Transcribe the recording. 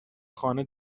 خانه